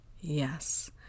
Yes